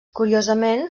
curiosament